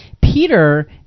Peter